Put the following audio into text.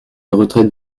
retraite